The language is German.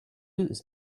ist